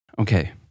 Okay